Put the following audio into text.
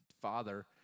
father